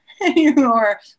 anymore